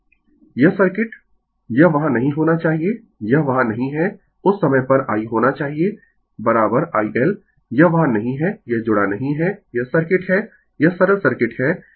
Refer Slide Time 1911 यह circuit यह वहां नहीं होना चाहिए यह वहां नहीं है उस समय पर I होना चाहिए IL यह वहां नहीं है यह जुड़ा नहीं है यह सरल सर्किट है यह सरल सर्किट है